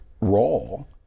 role